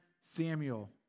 Samuel